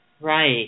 right